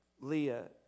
leah